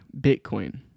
Bitcoin